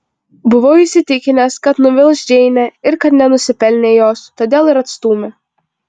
buvo įsitikinęs kad nuvils džeinę ir kad nenusipelnė jos todėl ir atstūmė